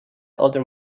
other